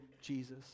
Jesus